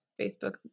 Facebook